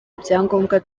ibyangombwa